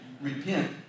Repent